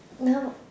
no